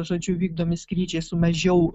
žodžiu vykdomi skrydžiai su mažiau